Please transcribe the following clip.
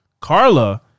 Carla